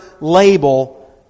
label